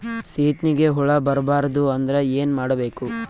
ಸೀತ್ನಿಗೆ ಹುಳ ಬರ್ಬಾರ್ದು ಅಂದ್ರ ಏನ್ ಮಾಡಬೇಕು?